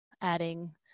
adding